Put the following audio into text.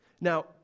Now